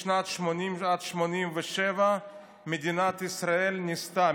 משנת 1980 עד שנת 1987 מדינת ישראל ניסתה,